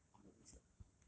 then I'm at risk eh